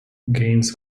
gaines